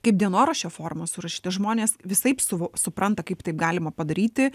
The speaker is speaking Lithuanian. kaip dienoraščio forma surašyta žmonės visaip suvo supranta kaip taip galima padaryti